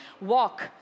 walk